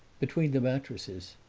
between the mattresses.